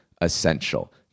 essential